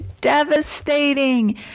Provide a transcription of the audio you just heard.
devastating